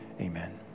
amen